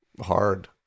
hard